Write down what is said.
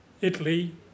Italy